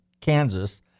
Kansas